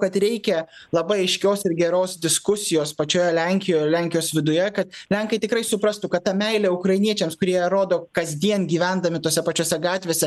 kad reikia labai aiškios ir geros diskusijos pačioje lenkijoje ir lenkijos viduje kad lenkai tikrai suprastų kad ta meilė ukrainiečiams kur jie rodo kasdien gyvendami tose pačiose gatvėse